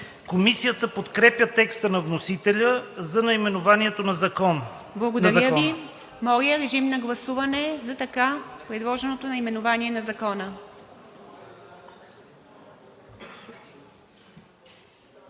Комисията подкрепя текста на вносителя за наименованието на Закона. ПРЕДСЕДАТЕЛ ИВА МИТЕВА: Благодаря Ви. Моля, режим на гласуване за така предложеното наименование на Закона.